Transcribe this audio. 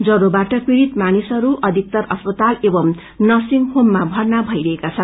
ज्वरोबाट पीडि़त मानिसहरू अधिकतर अस्पताल एवम् नर्सिङ होममा भर्ना भईरहेका छन्